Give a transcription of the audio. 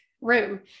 room